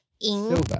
silver